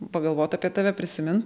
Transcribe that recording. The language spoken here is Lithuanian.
pagalvot apie tave prisimint